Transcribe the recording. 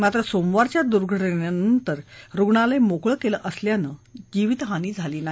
मात्र सोमवारच्या दुर्घटनेनंतर रुग्णालय मोकळं केलं असल्यानं जीवितहानी झाली नाही